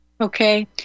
Okay